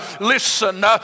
Listen